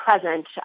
present